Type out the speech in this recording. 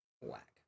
Whack